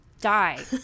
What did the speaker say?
die